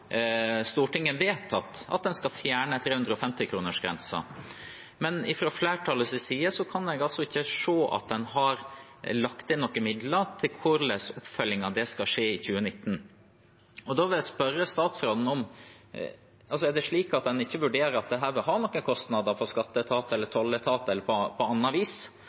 Stortinget vedtatt at en skal fjerne 350-kronersgrensen, men fra flertallets side kan jeg ikke se at en har lagt inn noen midler til hvordan oppfølgingen av det skal skje i 2019. Og da vil jeg spørre statsråden: Er det slik at en ikke vurderer at dette vil ha noen kostnader for skatteetat, for tolletat eller på annet vis,